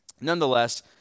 nonetheless